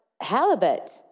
Halibut